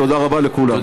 תודה רבה לכולם.